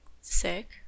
sick